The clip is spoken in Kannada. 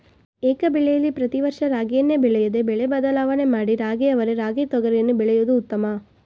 ಏಕಬೆಳೆಲಿ ಪ್ರತಿ ವರ್ಷ ರಾಗಿಯನ್ನೇ ಬೆಳೆಯದೆ ಬೆಳೆ ಬದಲಾವಣೆ ಮಾಡಿ ರಾಗಿ ಅವರೆ ರಾಗಿ ತೊಗರಿಯನ್ನು ಬೆಳೆಯೋದು ಉತ್ತಮ